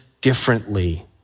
differently